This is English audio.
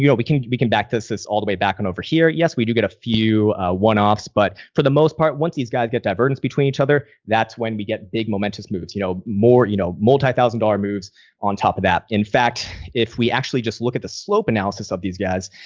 we can we can back this this all the way back over here. yes. we do get a few one offs. but for the most part, once these guys get divergence between each other, that's when we get big momentous moves. you know, more, you know, multi-thousand dollar moves on top of that. in fact, if we actually just look at the slope analysis of these guys,